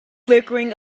flickering